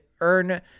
earn